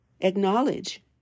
acknowledge